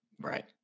right